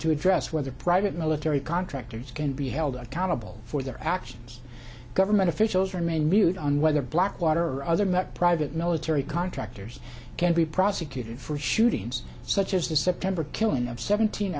to address whether private military contractors can be held accountable for their actions government officials remain mute on whether blackwater other met private military contractors can be prosecuted for shootings such as the september killing of seventeen